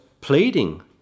pleading